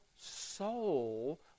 soul